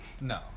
No